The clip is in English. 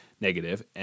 negative